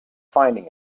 finding